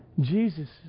Jesus